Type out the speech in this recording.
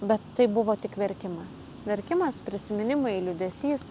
bet tai buvo tik verkimas verkimas prisiminimai liūdesys